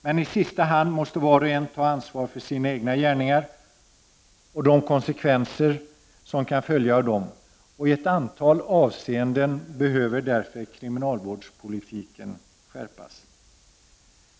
Men i sista hand måste var och en ta ansvar för sina egna gärningar och de konsekvenser som kan följa av dem. I ett antal avseenden behöver därför kriminalvårdspolitiken skärpas.